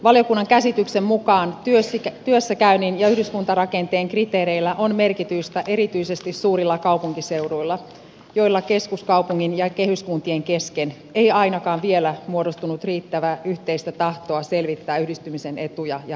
valiokunnan käsityksen mukaan työssäkäynnin ja yhdyskuntarakenteen kriteereillä on merkitystä erityisesti suurilla kaupunkiseuduilla joilla keskuskaupungin ja kehyskuntien kesken ei ainakaan vielä muodostunut riittävää yhteistä tahtoa selvittää yhdistymisen etuja ja haittoja